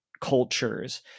cultures